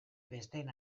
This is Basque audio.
besteen